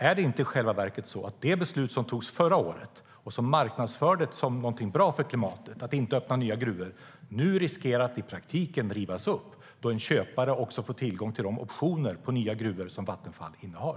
Är det inte i själva verket så att det beslut som fattades förra året, att inte öppna nya gruvor, och som marknadsfördes som någonting bra för klimatet, nu riskerar att i praktiken rivas upp, då en köpare även får tillgång till de optioner på nya gruvor som Vattenfall innehar?